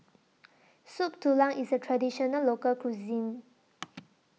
Soup Tulang IS A Traditional Local Cuisine